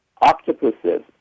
octopuses